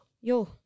Yo